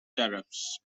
tariffs